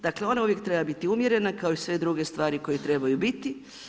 Dakle ona uvijek treba biti umjerena kao i sve druge stvari koje trebaju bit.